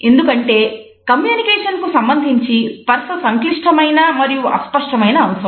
ఎందుకంటే కమ్యూనికేషన్ కు సంబంధించి స్పర్స సంక్లిష్టమైన మరియు అస్పష్టమైన అంశం